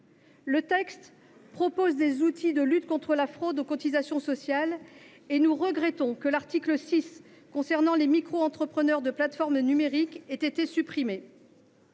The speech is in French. le texte contient des outils de lutte contre la fraude aux cotisations sociales. À ce titre, nous regrettons que l’article 6, qui concernait les microentrepreneurs de plateformes numériques, ait été supprimé.